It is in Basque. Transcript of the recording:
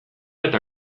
eta